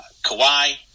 Kawhi